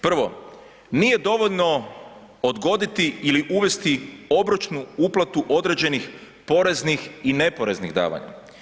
Prvo, nije dovoljno odgoditi ili uvesti obročnu uplatu određenih poreznih i neporeznih davanja.